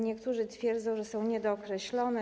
Niektórzy twierdzą, że są niedookreślone.